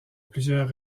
plusieurs